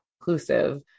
inclusive